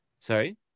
Sorry